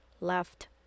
left